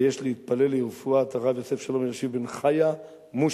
ויש להתפלל לרפואת הרב יוסף שלום אלישיב בן חיה מושא,